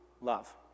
love